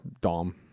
Dom